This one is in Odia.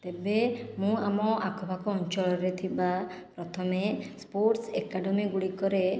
ତେବେ ମୁଁ ଆମ ଆଖପାଖ ଅଞ୍ଚଳରେ ଥିବା ପ୍ରଥମେ ସ୍ପୋର୍ଟସ ଏକାଡ଼େମୀ ଗୁଡ଼ିକରେ